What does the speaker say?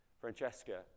Francesca